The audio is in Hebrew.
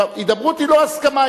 הידברות היא לא הסכמה.